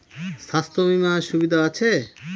স্বাস্থ্য বিমার সুবিধা আছে?